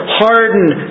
hardened